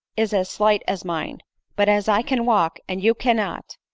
is as slight as mine but as i can walk, and you cannot,